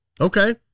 Okay